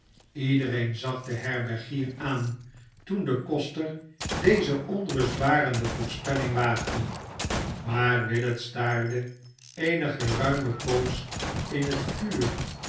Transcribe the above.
iedereen za g den herbergier aan toen de koster deze onrustbarende voorspelhng waagde maar willet staarde eene geruime poos in het vuur